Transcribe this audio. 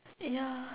ya